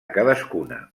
cadascuna